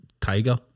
Tiger